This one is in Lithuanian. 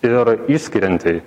ir išskiriantį